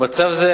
במצב זה,